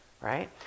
right